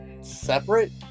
separate